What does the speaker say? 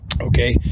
okay